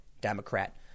Democrat